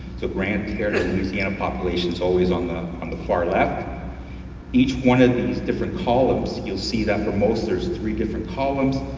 so grande terre, louisiana population is always on the on the far left. in each one of these different columns you'll see that for most, there's three different columns.